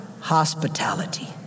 hospitality